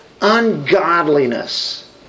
ungodliness